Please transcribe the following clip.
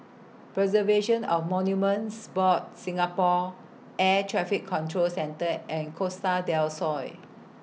Preservation of Monuments Board Singapore Air Traffic Control Centre and Costa Del Sol